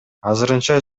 азырынча